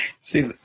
See